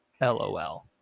LOL